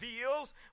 reveals